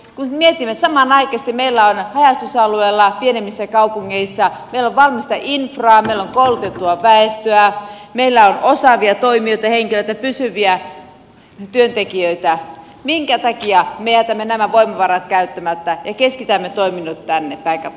kun me nyt mietimme että samanaikaisesti meillä on haja asutusalueella pienemmissä kaupungeissa valmista infraa meillä on koulutettua väestöä meillä on osaavia toimijoita henkilöitä pysyviä työntekijöitä niin minkä takia me jätämme nämä voimavarat käyttämättä ja keskitämme toiminnot tänne pääkaupunkiseudulle